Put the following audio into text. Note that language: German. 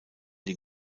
den